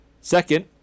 Second